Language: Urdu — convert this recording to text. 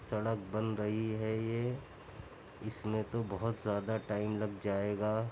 سڑک بن رہی ہے یہ اس میں تو بہت زیادہ ٹائم لگ جائے گا